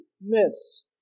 myths